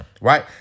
right